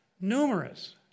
numerous